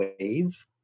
wave